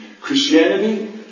Christianity